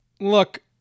Look